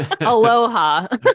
aloha